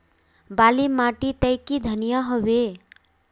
बाली माटी तई की धनिया होबे?